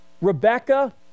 Rebecca